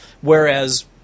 Whereas